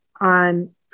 on